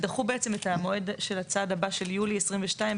הם דחו בעצם את המועד של הצעד הבא של יולי 2022,